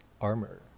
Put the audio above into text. armor